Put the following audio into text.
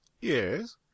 Yes